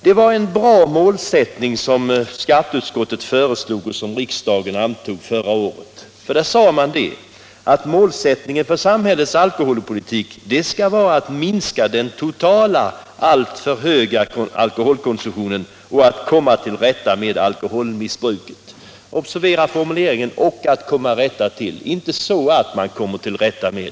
Det var en bra målsättning som skatteutskottet förra året föreslog och som riksdagen antog. Utskottet sade att målsättningen för samhällets alkoholpolitik skall vara att minska den totala, alltför höga alkoholkon sumtionen och att komma till rätta med alkoholmissbruket. Observera formuleringen ”och att komma till rätta med” — inte ”så att” man kommer till rätta med.